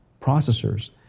processors